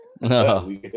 No